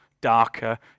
darker